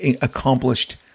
accomplished